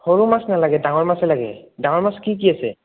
সৰু মাছ নালাগে ডাঙৰ মাছেই লাগে ডাঙৰ মাছ কি কি আছে